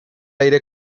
aire